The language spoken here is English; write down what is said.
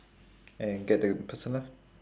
and get the person lah